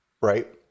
right